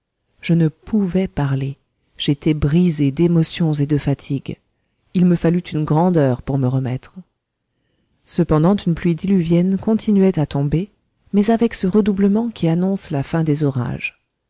je ne pouvais parler j'étais brisé d'émotions et de fatigues il me fallut une grande heure pour me remettre cependant une pluie diluvienne continuait à tomber mais avec ce redoublement qui annonce la fin des orages